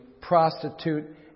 prostitute